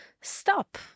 stop